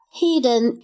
hidden